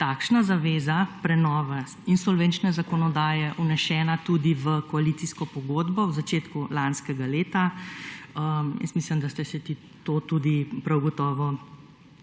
takšna zaveza prenova insolvenčne zakonodaje vnesena tudi v koalicijsko pogodbo v začetku lanskega leta, jaz mislim, da ste si to tudi prav gotovo